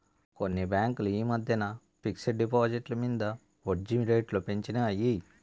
కొన్ని బాంకులు ఈ మద్దెన ఫిక్స్ డ్ డిపాజిట్ల మింద ఒడ్జీ రేట్లు పెంచినాయి